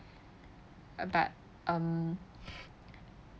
uh but um